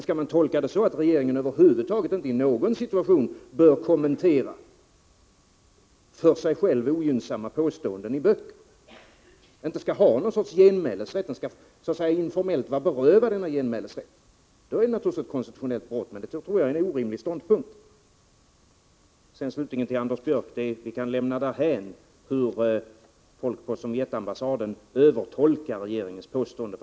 Skall man tolka lagen så, att regeringen över huvud taget inte i någon situation bör kommentera för sig själv ogynnsamma påståenden i böcker — och alltså skall vara berövad genmälesrätten — är det naturligtvis ett konstitutionellt brott. Men detta tror jag är en orimlig ståndpunkt. Slutligen till Anders Björck. Vi kan lämna därhän hur folk på Sovjetambassaden övertolkar regeringens påståenden.